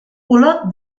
olot